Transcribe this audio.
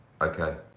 Okay